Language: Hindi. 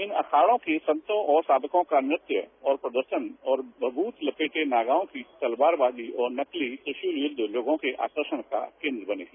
इन अखाड़ों के संतों और साध्यों का नृत्य और प्रदर्शन और भय्यत लपेटे नागायों की तलवारबाजी और त्रिशुल यद्ध लोगों के आकर्षण का केन्द्र बने हैं